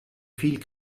viel